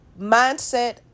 mindset